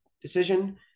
decision